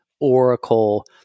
Oracle